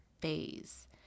phase